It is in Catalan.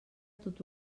tot